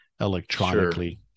electronically